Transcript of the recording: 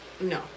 No